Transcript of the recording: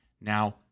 Now